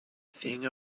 thing